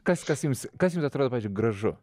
kas kas jums kas jums atrodo gražu